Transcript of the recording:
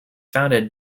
founded